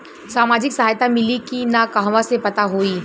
सामाजिक सहायता मिली कि ना कहवा से पता होयी?